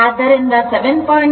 ಆದ್ದರಿಂದ 7